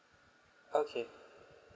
okay